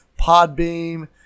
Podbeam